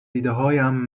ایدههایم